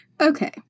Okay